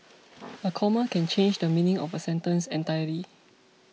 a comma can change the meaning of a sentence entirely